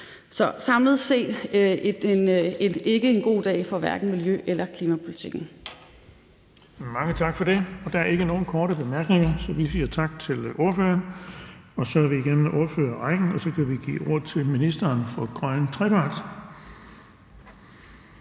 Så samlet set er det ikke en god dag for hverken miljø- eller klimapolitikken.